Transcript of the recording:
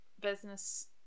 business